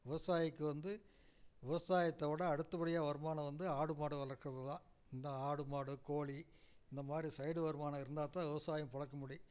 விவசாயிக்கு வந்து விவசாயத்தை விட அடுத்தபடியாக வருமானம் வந்து ஆடு மாடு வளக்கிறது தான் இந்த ஆடு மாடு கோழி இந்த மாதிரி சைடு வருமானம் இருந்தால் தான் விவசாயம் பொழைக்க முடியும்